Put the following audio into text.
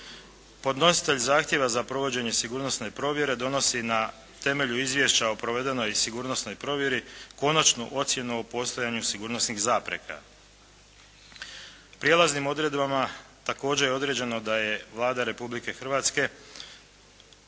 Podnositelj zahtjeva za provođenje sigurnosne provjere donosi na temelju Izvješća o provedenoj sigurnosnoj provjeri konačnu ocjenu o postojanju sigurnosnih zapreka. Prijelaznim odredbama također je određeno da je Vlada Republike Hrvatske